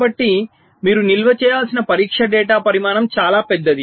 కాబట్టి మీరు నిల్వ చేయాల్సిన పరీక్ష డేటా పరిమాణం చాలా పెద్దది